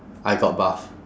I got buff